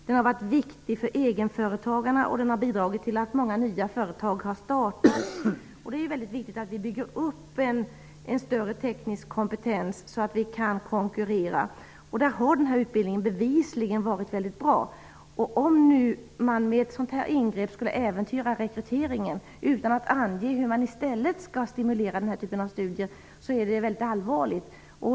Den har varit viktig för egenföretagarna och den har bidragit till att många nya företag har startats. Det är mycket viktigt att vi bygger upp en större teknisk kompetens så att vi kan konkurrera. Där har den här utbildningen bevisligen varit mycket bra. Om man nu med ett sådant här ingrepp skulle äventyra rekryteringen, utan att ange hur man i stället skall stimulera den här typen av studier, är det mycket allvarligt.